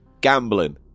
Gambling